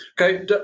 Okay